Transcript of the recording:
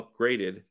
upgraded